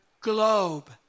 globe